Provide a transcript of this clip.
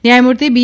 ન્યાયમૂર્તિ બી